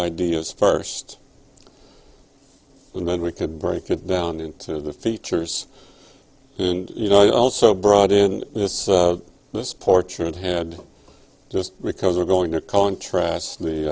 ideas first and then we could break it down into the features and you know i also brought in this this portrait had just because we're going to contrast the